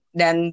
dan